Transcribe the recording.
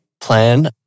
plan